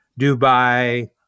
Dubai